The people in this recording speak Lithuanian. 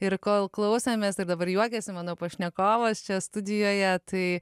ir kol klausėmės ir dabar juokiasi mano pašnekovas čia studijoje tai